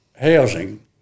housing